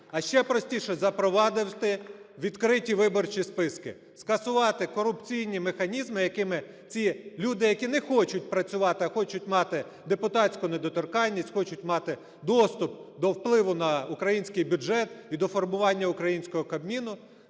а ще простіше, запровадити відкриті виборчі списки, скасувати корупційні механізми, якими ці люди, які не хочуть працювати, а хочуть мати депутатську недоторканність, хочуть мати доступ до впливу на український бюджет і до формування українського Кабміну,